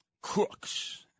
crooks